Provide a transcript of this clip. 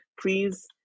Please